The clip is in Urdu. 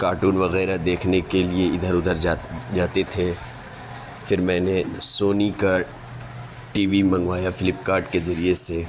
کاٹون وغیرہ دیکھنے کے لیے ادھر ادھر جاتے تھے پھر میں نے سونی کا ٹی وی منگوایا فلپ کارٹ کے ذریعے سے